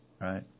right